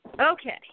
okay